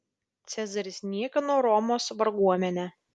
cezaris niekino romos varguomenę